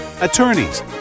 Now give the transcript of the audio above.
attorneys